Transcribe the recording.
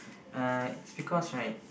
uh it's because right